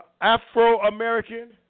Afro-American